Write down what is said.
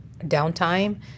downtime